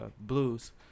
blues